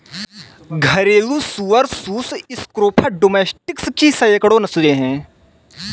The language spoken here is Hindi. घरेलू सुअर सुस स्क्रोफा डोमेस्टिकस की सैकड़ों नस्लें हैं